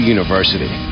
University